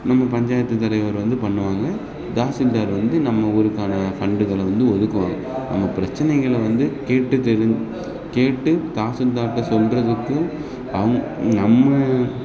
நம்ம பஞ்சாயத்து தலைவர் வந்து பண்ணுவாங்க தாசில்தார் வந்து நம்ம ஊருக்கான ஃபண்டுகளை வந்து ஒதுக்குவாங்க நம்ம பிரச்சனைகள வந்து கேட்டுத் தெரிஞ்சு கேட்டு தாசில்தார்கிட்ட சொல்றதுக்கு அம் நம்ம